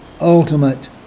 ultimate